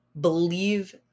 believe